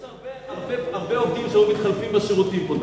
יש הרבה עובדים שהיו מתחלפים אתנו בשירותים פה.